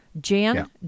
Jan